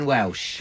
Welsh